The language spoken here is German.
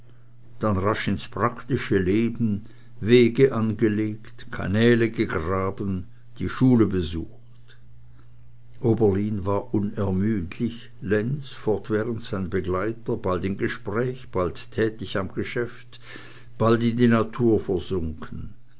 dann rasch ins praktische leben wege angelegt kanäle gegraben die schule besucht oberlin war unermüdlich lenz fortwährend sein begleiter bald in gespräch bald tätig am geschäft bald in die natur versunken